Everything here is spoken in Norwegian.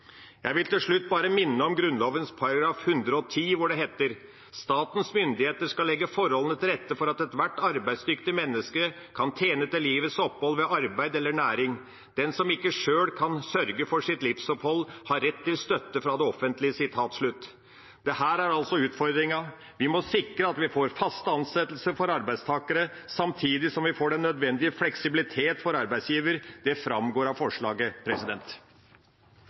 Jeg vil til slutt bare minne om Grunnloven § 110, hvor det heter: «Statens myndigheter skal legge forholdene til rette for at ethvert arbeidsdyktig menneske kan tjene til livets opphold ved arbeid eller næring. Den som ikke selv kan sørge for sitt livsopphold, har rett til støtte fra det offentlige.» Dette er altså utfordringen. Vi må sikre at vi får faste ansettelser for arbeidstakere, samtidig som vi får den nødvendige fleksibilitet for arbeidsgiver. Det framgår av forslaget.